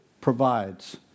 provides